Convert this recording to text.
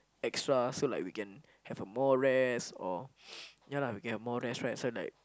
extra so like we can have a more rest or yeah lah we can have more rest right so like